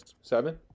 Seven